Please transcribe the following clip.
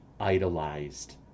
idolized